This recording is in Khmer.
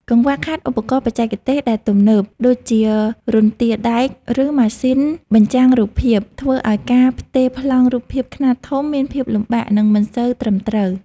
កង្វះខាតឧបករណ៍បច្ចេកទេសដែលទំនើប ដូចជារន្ទាដែក ឬម៉ាស៊ីនបញ្ចាំងរូបភាព ធ្វើឱ្យការផ្ទេរប្លង់រូបភាពខ្នាតធំមានភាពលំបាក និងមិនសូវត្រឹមត្រូវ។